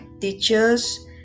teachers